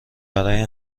برای